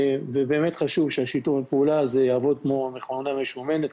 באמת חשוב ששיתוף הפעולה הזה יעבוד כמו מכונה משומנת,